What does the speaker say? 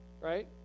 right